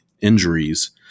injuries